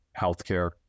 healthcare